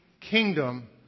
Kingdom